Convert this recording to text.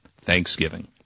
Thanksgiving